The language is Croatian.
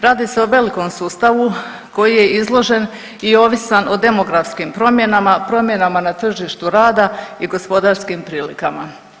Radi se o velikom sustavu koji je izložen i ovisan od demografskim promjenama, promjenama na tržištu rada i gospodarskim prilikama.